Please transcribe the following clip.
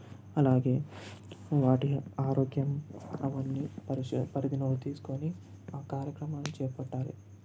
అలాగే వాటిలో ఆరోగ్యం పరీక్ష పరిగణలోకి తీసుకొని ఆ కార్యక్రమాన్ని చేపట్టాలి